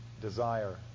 desire